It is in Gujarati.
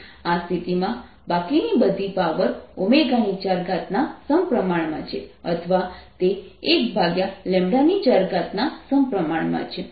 આ સ્થિતિમાં બાકીની બધી પાવર 4 ના સમપ્રમાણમાં છે અથવા તે 14 ના સમપ્રમાણમાં છે